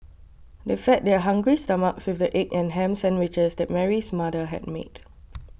they fed their hungry stomachs with the egg and ham sandwiches that Mary's mother had made